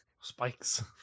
spikes